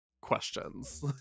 questions